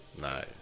Nice